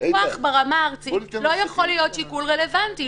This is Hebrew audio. פיקוח ברמה הארצי לא יכול להיות שיקול רלוונטי.